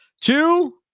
Two